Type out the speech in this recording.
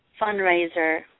fundraiser